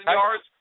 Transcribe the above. yards